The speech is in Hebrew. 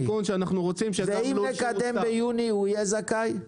אם נקדם ביוני, הוא יהיה זכאי?